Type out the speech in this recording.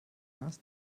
hast